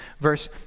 verse